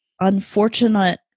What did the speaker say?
unfortunate